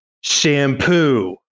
shampoo